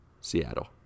Seattle